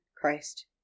Christ